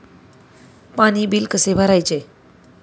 पाणी बिल कसे भरायचे?